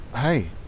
Hey